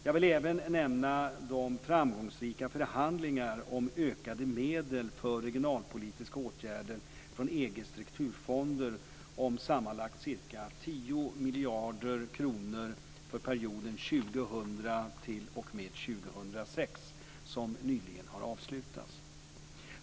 Jag vill även nämna de framgångsrika förhandlingar om ökade medel för regionalpolitiska åtgärder från EG:s strukturfonder om sammanlagt cirka 10 miljarder kronor för perioden 2000-2006, som nyligen har avslutats.